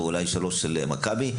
ואולי שלוש של מכבי,